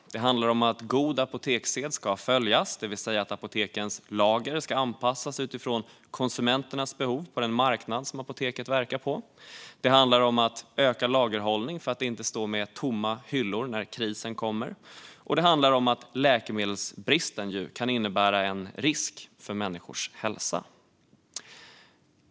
Det handlar om att god apotekssed ska följas, det vill säga att apotekens lager ska anpassas utifrån konsumenternas behov på den marknad som apoteket verkar på. Det handlar om att öka lagerhållningen för att inte stå med tomma hyllor i kris. Det handlar också om att läkemedelsbrist kan innebära en risk för människors hälsa.